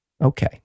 Okay